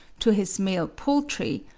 to his male poultry,